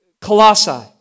Colossae